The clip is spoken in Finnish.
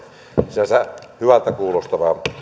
sinänsä hyvältä kuulostava